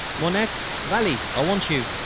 mouniette, vallee, i want you.